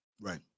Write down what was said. Right